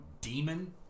demon